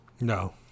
No